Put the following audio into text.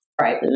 Right